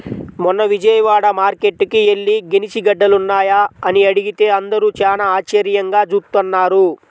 మొన్న విజయవాడ మార్కేట్టుకి యెల్లి గెనిసిగెడ్డలున్నాయా అని అడిగితే అందరూ చానా ఆశ్చర్యంగా జూత్తన్నారు